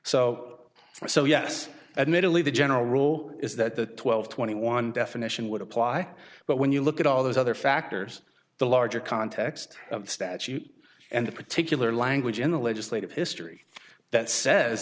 so so yes admittedly the general rule is that twelve twenty one definition would apply but when you look at all those other factors the larger context of statute and the particular language in a legislative history that says